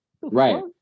Right